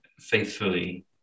faithfully